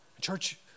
Church